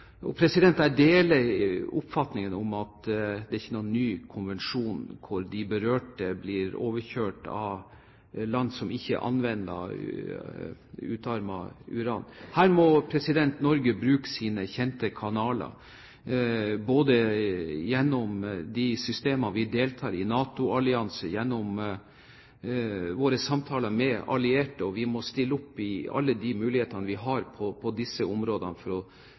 Jeg deler oppfatningen om at det ikke er noen ny konvensjon hvor de berørte blir overkjørt av land som ikke anvender utarmet uran. Her må Norge bruke sine kjente kanaler gjennom de systemene vi deltar i – NATO-alliansen og samtaler med våre allierte. Vi må stille opp og bruke alle de mulighetene vi har på disse områdene for å